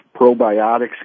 probiotics